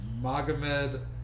Magomed